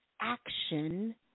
action